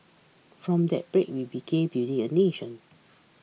from that break we began building a nation